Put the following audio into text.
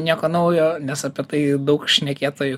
nieko naujo nes apie tai daug šnekėtojų